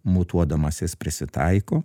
mutuodamas jis prisitaiko